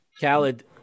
Khaled